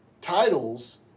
titles